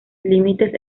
límites